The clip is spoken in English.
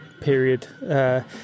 period